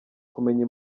kumenya